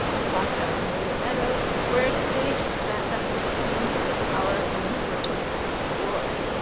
osaka and later edo were a stage set that proclaimed the power and importance of their lord.